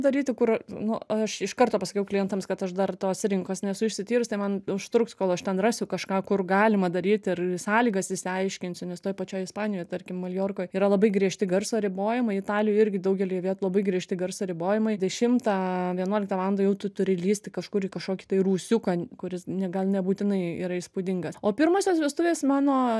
daryti kur nu aš iš karto pasakiau klientams kad aš dar tos rinkos nesu išsityrus tai man užtruks kol aš ten rasiu kažką kur galima daryt ir sąlygas išsiaiškinsiu nes toj pačio ispanijoj tarkim maljorkoj yra labai griežti garso ribojimai italijoj irgi daugelyje vietų labai griežti garso ribojimai dešimtą vienuoliktą valandą jau tu turi lįst į kažkur į kažkokį tai rūsiuką kuris ne gal nebūtinai yra įspūdingas o pirmosios vestuvės mano